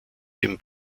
den